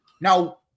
Now